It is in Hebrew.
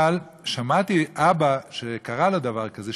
אבל שמעתי אבא שקרה לו דבר כזה,